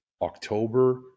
October